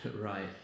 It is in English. Right